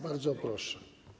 Bardzo proszę.